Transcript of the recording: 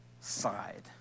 side